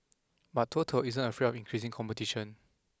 but total isn't afraid of increasing competition